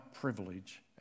privilege